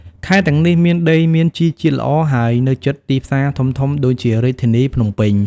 ខេត្តទាំងនេះមានដីមានជីជាតិល្អ ហើយនៅជិតទីផ្សារធំៗដូចជារាជធានីភ្នំពេញ។